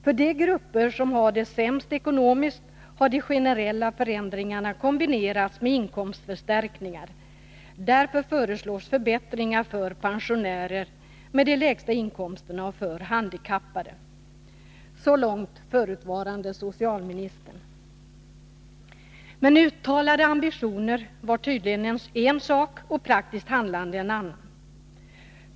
För de grupper som har det sämst ekonomiskt har de generella förändringarna kombinerats med inkomstförstärkningar. Därför föreslås förbättringar för pensionärer med de lägsta inkomsterna och för handikappade.” Men uttalade ambitioner var tydligen en sak och praktiskt handlande en annan.